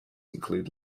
include